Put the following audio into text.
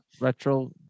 retro